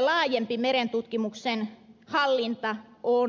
laajempi merentutkimuksen hallinta on tär keää